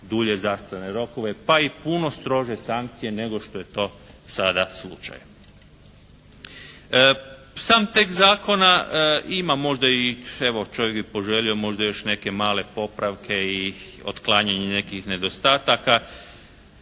dulje zastarne rokove pa i puno strože sankcije nego što je to sada slučaj. Sam tekst zakona ima možda evo, čovjek bi poželio možda još neke male popravke i otklanjanje nekih nedostataka.